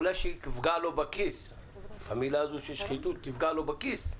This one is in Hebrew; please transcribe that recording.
אולי כשהמילה הזו שחיתות תפגע לו בכיס,